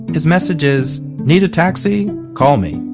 his message is need a taxi? call me!